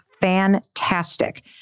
fantastic